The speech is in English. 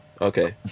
Okay